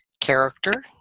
character